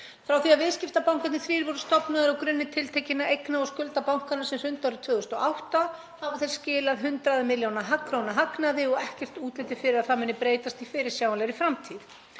Frá því að viðskiptabankarnir þrír voru stofnaðir á grunni tiltekinna eigna og skulda bankanna sem hrundu árið 2008 hafa þeir skilað hundruð milljóna króna hagnaði og ekkert útlit fyrir að það muni breytast í fyrirsjáanlegri framtíð.